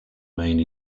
maine